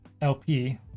LP